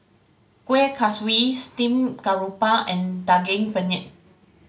Kuih Kaswi steamed garoupa and Daging Penyet